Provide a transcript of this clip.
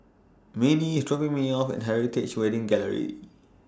Manie IS dropping Me off At Heritage Wedding Gallery